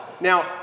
Now